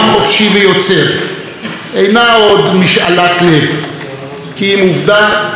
אינה עוד משאלת לב כי אם עובדה שרירה וקיימת.